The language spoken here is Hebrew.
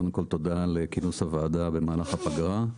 קודם כל תודה על כינוס הוועדה במהלך הפגרה.